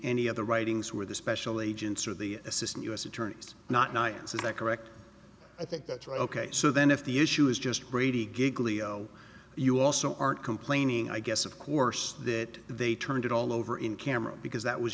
any of the writings were the special agents or the assistant u s attorneys not knights is that correct i think that's right ok so then if the issue is just brady gig leo you also aren't complaining i guess of course that they turned it all over in camera because that was